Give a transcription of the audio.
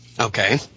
Okay